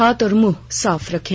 हाथ और मुंह साफ रखें